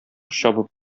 чабып